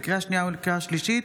לקריאה שנייה ולקריאה שלישית: